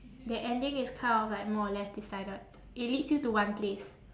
that ending is kind of like more or less decided it leads you to one place